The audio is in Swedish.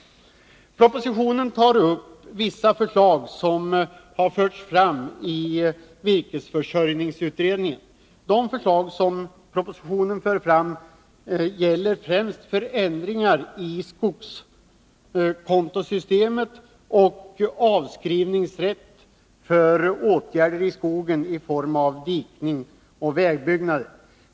Propositionen tar upp vissa förslag som har förts fram i virkesförsörjnings utredningen. Dessa förslag gäller främst förändringar i skogskontosystemet och avskrivningsrätt för åtgärder i skogen i form av dikning och vägbyggnader.